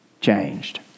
changed